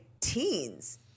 teens